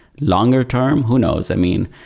longer-term, who knows? i mean,